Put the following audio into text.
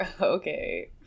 Okay